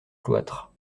cloître